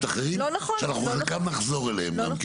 אחרים שאנחנו חלקם נחזור אליהם גם.